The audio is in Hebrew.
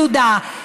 יהודה,